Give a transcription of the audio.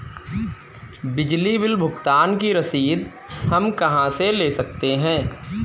बिजली बिल भुगतान की रसीद हम कहां से ले सकते हैं?